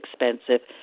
expensive